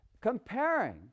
comparing